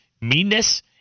meanness